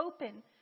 open